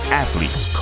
athletes